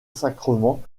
sacrement